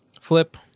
flip